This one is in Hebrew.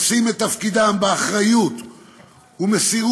עושים את תפקידם באחריות ומסירות